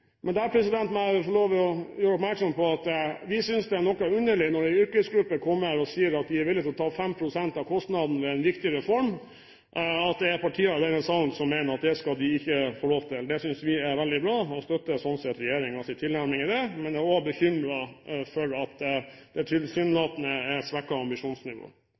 må jeg få lov til å gjøre oppmerksom på at vi synes det er noe underlig, når en yrkesgruppe kommer og sier at de er villig til å ta 5 pst. av kostnadene ved en viktig reform, at det er partier i denne salen som mener at det skal de ikke få lov til. Det synes vi er veldig bra og støtter sånn sett regjeringens tilnærming til det. Men jeg er også bekymret for at det tilsynelatende er